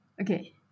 Okay